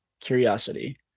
curiosity